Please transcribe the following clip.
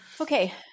Okay